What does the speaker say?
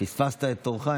פספסת את תורך.